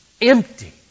empty